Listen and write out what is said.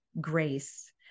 grace